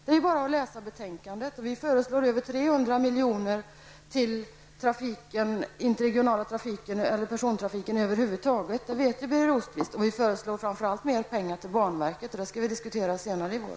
Det är bara att läsa betänkandet för att finna detta förslag. Vi föreslår över 300 milj.kr. till persontrafiken över huvud taget. Det vet Birger Rosqvist. Vi föreslår framför allt mer pengar till banverket, en fråga som vi skall diskutera senare i vår.